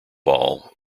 ball